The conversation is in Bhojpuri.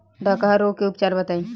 डकहा रोग के उपचार बताई?